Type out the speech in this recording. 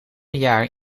jaar